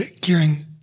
gearing